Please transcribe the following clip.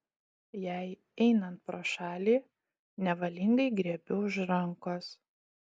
jai einant pro šalį nevalingai griebiu už rankos